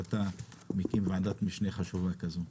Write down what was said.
שאתה מקים ועדת משנה חשובה כזאת.